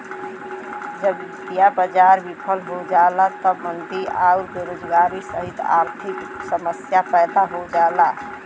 जब वित्तीय बाजार विफल हो जाला तब मंदी आउर बेरोजगारी सहित आर्थिक समस्या पैदा हो जाला